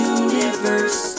universe